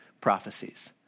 Prophecies